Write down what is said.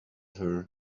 her